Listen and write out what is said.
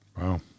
Wow